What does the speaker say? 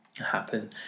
Happen